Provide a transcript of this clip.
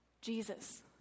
Jesus